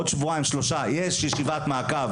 בעוד שבועיים שלושה יש ישיבת מעקב